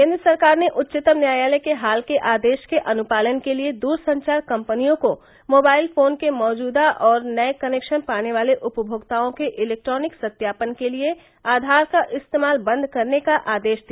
केन्द्र सरकार ने उच्चतम न्यायालय के हाल के आदेश के अनुपालन के लिए दूरसंचार कंपनियों को मोबाइल फोन के मौजूदा और नए कनेक्शन पाने वाले उपमोक्ताओं के इलेक्ट्रॉनिक सत्यापन के लिए आधार का इस्तेमाल बंद करने का आदेश दिया